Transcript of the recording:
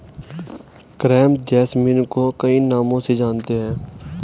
crepe jasmine को कई नामों से जानते हैं